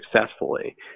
successfully